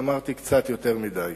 ואמרתי קצת יותר מדי.